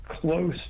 close